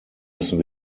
müssen